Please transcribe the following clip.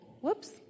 whoops